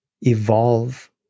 evolve